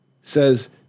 says